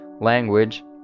language